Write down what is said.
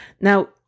Now